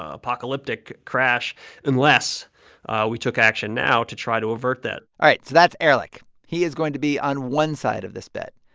ah apocalyptic crash unless we took action now to try to avert that all right. so that's ehrlich. he is going to be on one side of this bet.